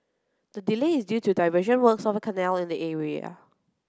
the delay is due to diversion works of a canal in the area